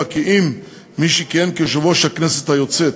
כי אם מי שכיהן כיושב-ראש הכנסת היוצאת